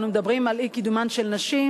אנו מדברים על אי-קידומן של נשים,